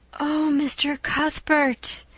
oh, mr. cuthbert,